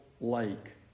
lake